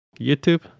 YouTube